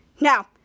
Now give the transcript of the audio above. now